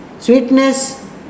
Sweetness